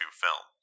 film